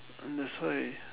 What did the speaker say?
that's why